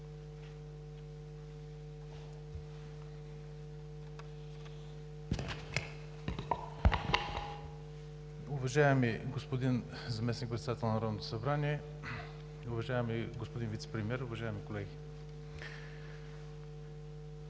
Уважаеми господин Заместник-председател на Народното събрание, уважаеми господин Вицепремиер, уважаеми колеги!